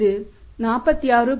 இது 46